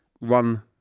Run